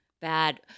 Bad